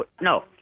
No